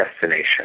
destination